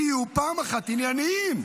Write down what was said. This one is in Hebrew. תהיו פעם אחת ענייניים.